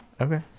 okay